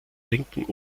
linken